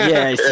Yes